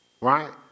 Right